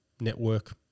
network